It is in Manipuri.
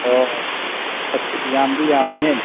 ꯑꯣ ꯑꯁ ꯌꯥꯝꯗꯤ ꯌꯥꯝꯃꯤꯍꯦ